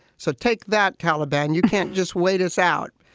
so take that taliban. you can't just wait us out.